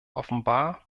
offenbar